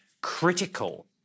critical